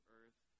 earth